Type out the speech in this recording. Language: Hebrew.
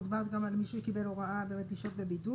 מדובר גם על מישהו שבאמת קיבל הוראה לשהות בבידוד,